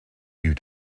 you